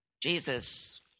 Jesus